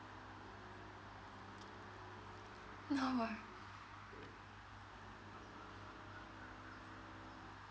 no !whoa!